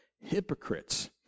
hypocrites